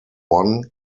won